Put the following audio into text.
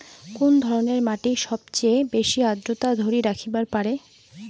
কুন ধরনের মাটি সবচেয়ে বেশি আর্দ্রতা ধরি রাখিবার পারে?